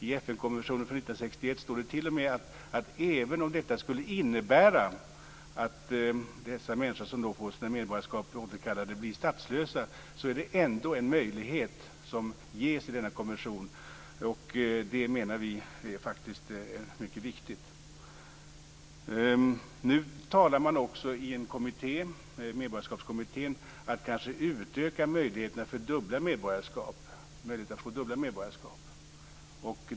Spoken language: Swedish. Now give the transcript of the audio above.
I FN-konventionen från 1961 står det t.o.m. att även om detta skulle innebära att de människor som får sina medborgarskap återkallade blir statslösa är det ändå en möjlighet som ges enligt denna konvention. Det menar vi är mycket viktigt. Nu talar också Medborgarskapskommittén om att kanske utöka möjligheterna att få dubbla medborgarskap.